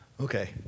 Okay